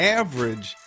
average